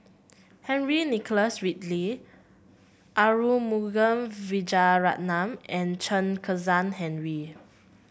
Henry Nicholas Ridley Arumugam Vijiaratnam and Chen Kezhan Henri